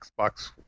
Xbox